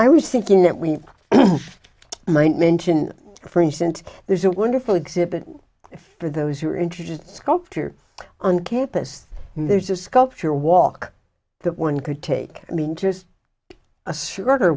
i was thinking that we might mention for instance there's a wonderful exhibit for those who are interested sculptor on campus and there's a sculpture walk that one could take i mean just a s